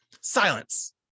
Silence